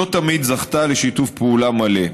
היא לא תמיד זכתה לשיתוף פעולה מלא.